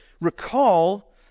Recall